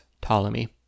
Ptolemy